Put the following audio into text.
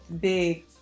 big